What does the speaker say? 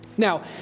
Now